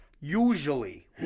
usually